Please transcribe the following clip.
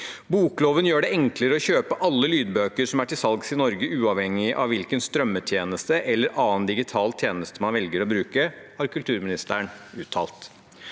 «Bokloven gjør det enklere å kjøpe alle lydbøker som er til salgs i Norge, uavhengig av hvilken strømmetjeneste eller annen digital tjeneste man velger å bruke», har kulturministeren uttalt.